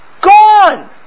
Gone